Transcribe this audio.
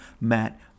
Matt